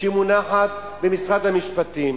שמונחת במשרד המשפטים,